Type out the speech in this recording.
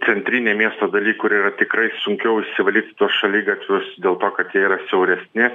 centrinėj miesto daly kur yra tikrai sunkiau išsivalyt tuos šaligatvius dėl to kad jie yra siauresni